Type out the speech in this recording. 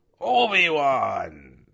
Obi-Wan